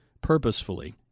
purposefully